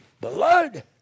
blood